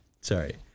Sorry